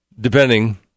depending